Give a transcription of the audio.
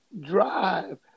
drive